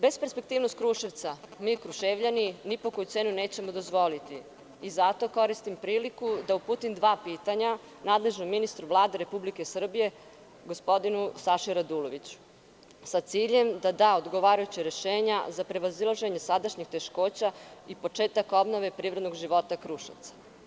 Besperspektivnost Kruševca, mi Kruševljani, ni po koju cenu nećemo dozvoliti i zato koristim priliku da uputim dva pitanja nadležnom ministru Vlade Republike Srbije, gospodinu Saši Raduloviću, sa ciljem da da odgovarajuća rešenja za prevazilaženje sadašnjih teškoća i početak obnove privrednog života Kruševca.